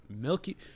Milky